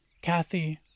Kathy